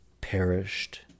perished